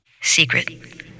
secret